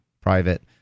private